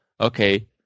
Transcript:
okay